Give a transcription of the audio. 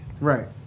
Right